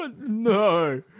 No